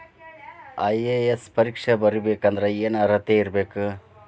IAS ಪರೇಕ್ಷೆ ಬರಿಬೆಕಂದ್ರ ಏನ್ ಅರ್ಹತೆ ಇರ್ಬೇಕ?